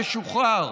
ישוחרר.